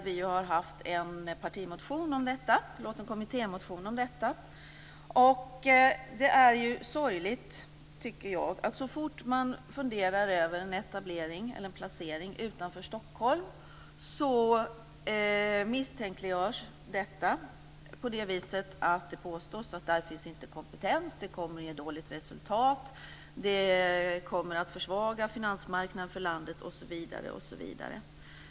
Vi har haft en kommittémotion om detta. Det är ju sorgligt, tycker jag, att så fort man funderar över en etablering eller en placering utanför Stockholm misstänkliggörs det på det viset att det påstås att där inte finns kompetens, att det kommer att ge dåligt resultat, att det kommer att försvaga finansmarknaden för landet osv.